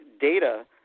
data